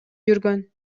жүргөн